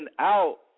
out